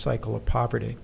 cycle of poverty